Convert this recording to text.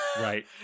Right